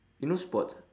you no sports